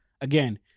again